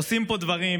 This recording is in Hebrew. עושים פה דברים,